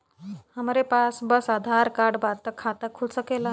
हमरे पास बस आधार कार्ड बा त खाता खुल सकेला?